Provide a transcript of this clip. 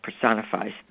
personifies